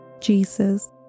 Jesus